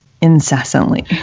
incessantly